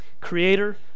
creator